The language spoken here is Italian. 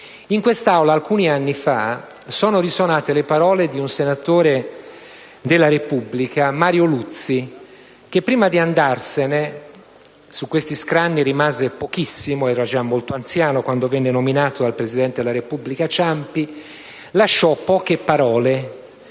In quest'Aula alcuni anni fa risuonarono le parole di un senatore della Repubblica, Mario Luzi, che, prima di andarsene (su questi scranni rimase pochissimo, essendo già molto anziano quando venne nominato dal presidente della Repubblica Ciampi), lasciò poche parole,